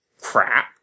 crap